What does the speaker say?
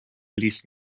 ліс